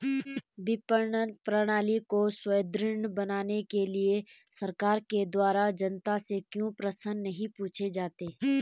विपणन प्रणाली को सुदृढ़ बनाने के लिए सरकार के द्वारा जनता से क्यों प्रश्न नहीं पूछे जाते हैं?